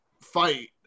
fight